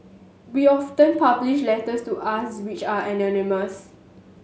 we often publish letters to us which are anonymous